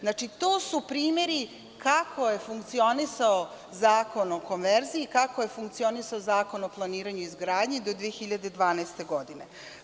Znači, to su primeri kako je funkcionisao Zakon o konverziji, kako je funkcionisao Zakon o planiranju i izgradnji do 2012. godine.